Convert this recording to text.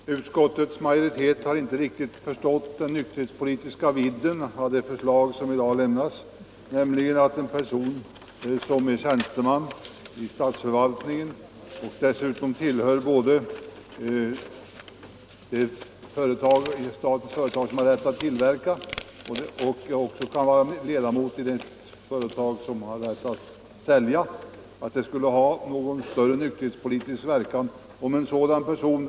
Herr talman! Utskottets majoritet har inte riktigt förstått att det skulle kunna ha någon större nykterhetspolitisk betydelse, om en person som är tjänsteman i statsförvaltningen och som tillhör styrelsen för ett företag med rätt att tillverka alkoholhaltiga drycker också efter regeringens medgivande fick vara styrelseledamot i ett företag som har rätt att sälja sådana drycker.